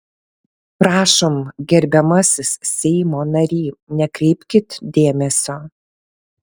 prašom gerbiamasis seimo nary nekreipkit dėmesio